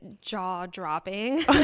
jaw-dropping